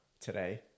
today